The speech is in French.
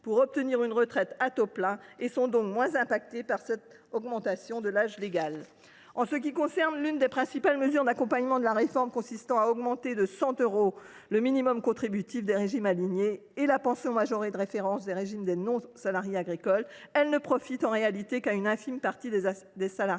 pour obtenir une retraite à taux plein et sont donc moins affectés par cette disposition. En ce qui concerne l’une des principales mesures d’accompagnement de la réforme, consistant à augmenter de 100 euros le minimum contributif des régimes alignés et la pension majorée de référence (PMR) du régime des non salariés agricoles, elle ne profite en réalité qu’à une infime partie des assurés.